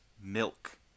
Milk